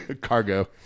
cargo